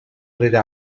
rere